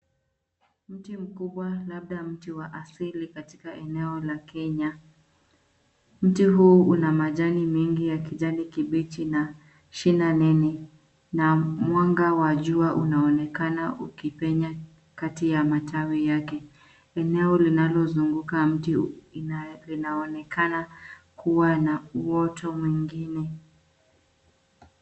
Mti mkubwa labda mti wa asili katika eneo la Kenya. Mti huu una majani mengi ya kijani kibichi na shina nene na mwanga wa jua unaonekana ukipenya kati ya matawi yake. Eneo linalozunguka mti linaonekana kuwa na uoto mwingine.